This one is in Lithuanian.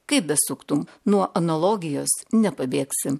kaip besuktum nuo analogijos nepabėgsi